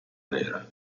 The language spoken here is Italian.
nera